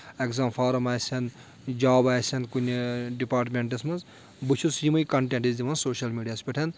exam form آسَن job آسَن کُنہِ ڈِپاٹمؠنٛٹَس منٛز بہٕ چھُس یِمے کَنٹینٹٕس دِوان سوشَل میٖڈیاہَس پؠٹھ